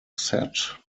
set